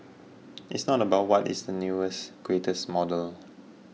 it's not about what is the newest greatest model